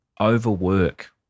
overwork